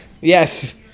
Yes